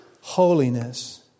holiness